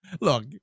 Look